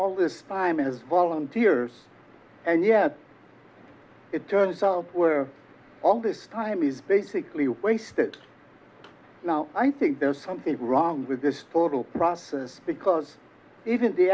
all this time as volunteers and yet it turns out were all this time is basically wasted now i think there's something wrong with this photo process because even the